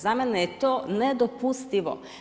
Za mene je to nedopustivo.